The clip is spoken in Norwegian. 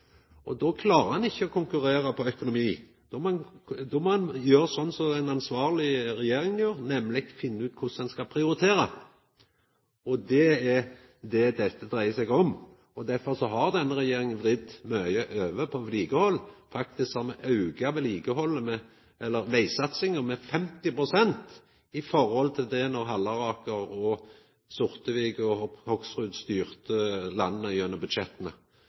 det. Då klarar ein ikkje å konkurrera på økonomi, så då må ein gjera slik som ei ansvarleg regjering gjer, nemleg å finna ut korleis ein skal prioritera. Og det er det dette dreiar seg om. Derfor har denne regjeringa vridd mykje over på vedlikehald. Faktisk har me auka vegsatsinga med 50 pst. i forhold til då Halleraker og Sortevik og Hoksrud styrte landet gjennom budsjetta.